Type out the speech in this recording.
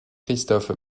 christophe